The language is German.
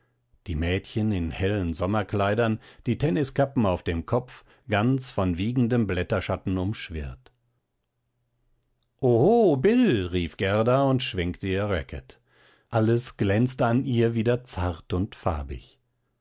die mädchen in hellen sommerkleidern die tenniskappen auf dem kopf ganz von wiegendem blätterschatten umschwirrt oho bill rief gerda und schwenkte ihr racket alles glänzte an ihr wieder zart und farbig